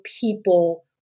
people